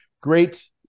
Great